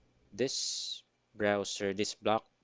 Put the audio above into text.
this browser this black